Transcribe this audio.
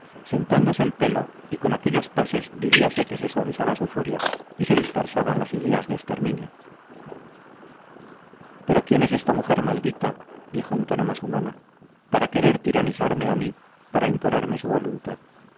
sentándose el pelo y con aquellos pases diríase que se suavizaba su furia y se dispersaban las ideas de exterminio pero quién es esta mujer maldita dijo en tono más humano para querer tiranizarme a mí para imponerme su voluntad